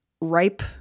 ripe